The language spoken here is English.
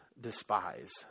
despise